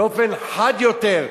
באופן חד יותר,